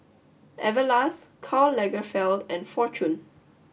Everlast Karl Lagerfeld and Fortune